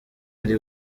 ari